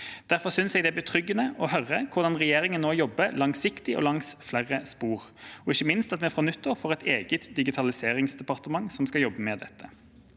Derfor synes jeg det er betryggende å høre hvordan regjeringen nå jobber langsiktig og langs flere spor, og ikke minst at vi fra nyttår får et eget digitaliseringsdepartement som skal jobbe med dette.